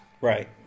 Right